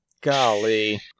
Golly